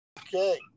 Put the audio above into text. Okay